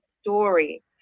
story